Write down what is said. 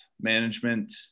management